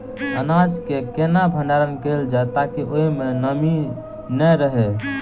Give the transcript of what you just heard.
अनाज केँ केना भण्डारण कैल जाए ताकि ओई मै नमी नै रहै?